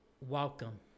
Welcome